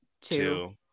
two